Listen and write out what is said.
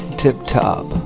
tip-top